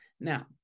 Now